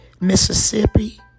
Mississippi